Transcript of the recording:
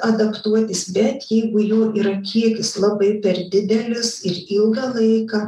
adaptuotis bet jeigu jų yra kiekis labai per didelis ir ilgą laiką